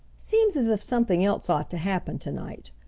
seems as if something else ought to happen to-night,